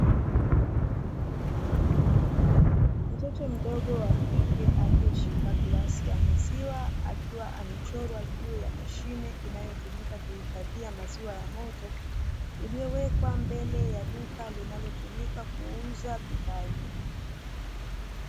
Mtoto mdogo wa kike aliyeshika glasi ya maziwa akiwa amechorwa juu ya mashine inayotumika kuhifadhia maziwa ya moto, iliyowekwa mbele ya duka linalotumika kuuza bidhaa hiyo.